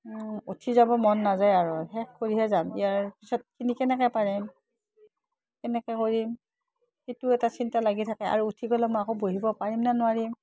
উঠি যাব মন নাযায় আৰু শেষ কৰিহে যাম ইয়াৰ পিছৰখিনি কেনেকৈ পাৰিম কেনেকৈ কৰিম সেইটো এটা চিন্তা লাগি থাকে আৰু উঠি গ'লে মই আকৌ বহিব পাৰিম নোৱাৰিম